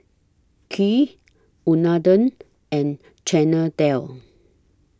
Kheer Unadon and Chana Dal